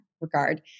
regard